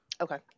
okay